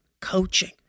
coaching